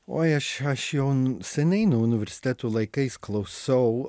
oi aš aš jau seniai nuo universiteto laikais klausau